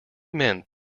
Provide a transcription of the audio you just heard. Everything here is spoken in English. meant